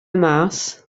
mas